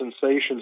sensations